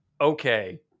okay